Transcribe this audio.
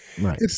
Right